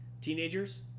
teenagers